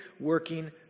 working